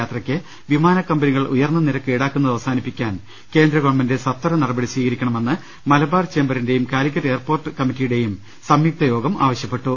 യാത്രക്ക് വിമാനകമ്പനികൾ ഉയർന്ന നിരക്ക് ഈടാക്കുന്നത് അവസാനിപ്പിക്കാൻ ട കേന്ദ്രഗവൺമെന്റ് സത്വര നടപടി സ്വീകരിക്കണമെന്ന് മലബാർ ചേംബറിന്റെയും കാലിക്കറ്റ് എയർപോർട്ട് കമ്മിറ്റിയുടെയും സംയുക്തയോഗം ആവശ്യപ്പെട്ടു